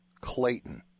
Clayton